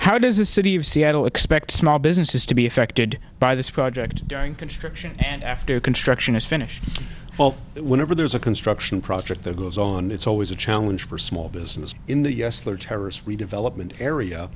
how does the city of seattle expect small businesses to be affected by this project during construction and after construction is finished but whenever there's a construction project that goes on it's always a challenge for small businesses in the u s their terrorist redevelopment area